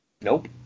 Nope